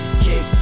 kick